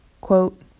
Quote